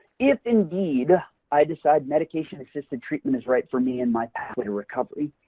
if indeed i decide medication-assisted treatment is right for me and my pathway to recovery,